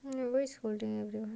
I remember is holding everyone